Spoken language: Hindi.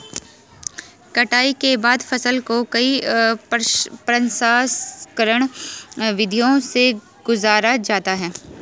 कटाई के बाद फसल को कई प्रसंस्करण विधियों से गुजारा जाता है